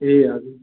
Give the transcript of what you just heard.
ए हजुर